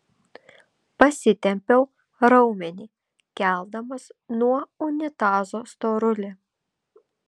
pasitempiau raumenį keldamas nuo unitazo storulį